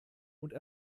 und